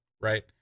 right